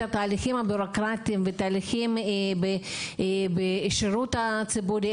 התהליכים הבירוקרטיים ותהליכים בשירות הציבורי,